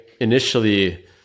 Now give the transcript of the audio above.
initially